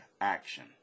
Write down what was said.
action